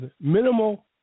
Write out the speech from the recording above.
minimal